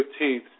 15th